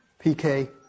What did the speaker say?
PK